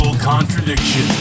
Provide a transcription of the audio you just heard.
Contradiction